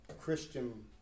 Christian